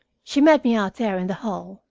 she met me, out there in the hall,